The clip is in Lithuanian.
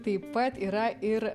taip pat yra ir